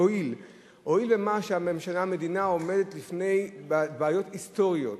"הואיל" הואיל והמדינה עומדת בפני בעיות היסטוריות,